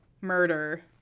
murder